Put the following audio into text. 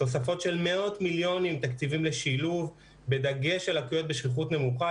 תוספת של מאות מיליונים בתקציבים לשילוב בדגש על לקויות בשכיחות נמוכה.